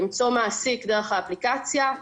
למצוא מעסיק דרך האפליקציה,